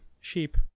Sheep